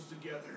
together